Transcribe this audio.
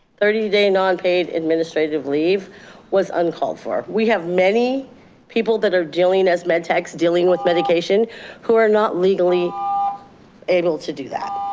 thirty day non-paid administrative leave was uncalled for. we have many people that are dealing as med techs, dealing with medication who are not legally able to do that.